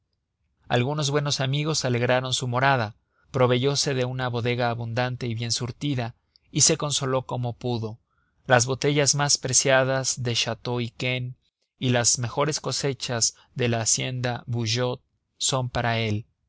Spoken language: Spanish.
algunos buenos amigos alegraron su morada proveyose de una bodega abundante y bien surtida y se consoló como pudo las botellas más preciadas de chteau yquen y las mejores cosechas de la hacienda vougeot son para él